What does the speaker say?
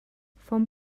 vom